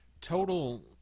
Total